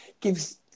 gives